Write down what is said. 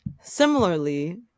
Similarly